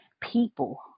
people